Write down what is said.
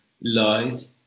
light